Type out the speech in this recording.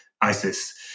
ISIS